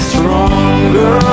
Stronger